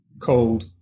cold